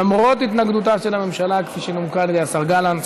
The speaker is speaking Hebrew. למרות התנגדותה של הממשלה כפי שנומקה על ידי השר גלנט.